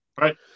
right